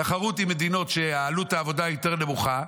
תחרות עם מדינות שעלות העבודה בהן היא יותר נמוכה,